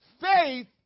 Faith